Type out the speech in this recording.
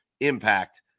impact